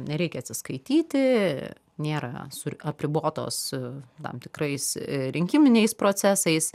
nereikia atsiskaityti nėra su apribotos tam tikrais i rinkiminiais procesais